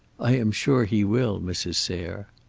i am sure he will, mrs. sayre.